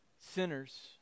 Sinners